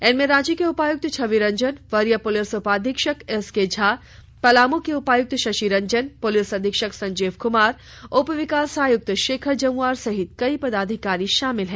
इनमें रांची के उपायुक्त छवि रंजन वरीय पुलिस उपाधीक्षक एसके झा पलामू के उपायुक्त शशिरंजन पुलिस अधीक्षक संजीव कुमार उप विकास आयुक्त शेखर जमुआर सहित कई पदाधिकारी शामिल हैं